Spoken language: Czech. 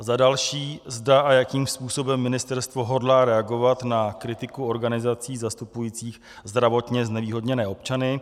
A za další, zda a jakým způsobem ministerstvo hodlá reagovat na kritiku organizací zastupujících zdravotně znevýhodněné občany.